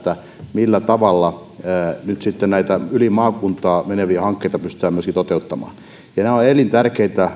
millä tavalla nyt sitten myöskin näitä yli maakunnan meneviä hankkeita pystytään toteuttamaan nämä ovat elintärkeitä